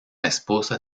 esposa